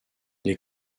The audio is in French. les